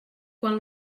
quan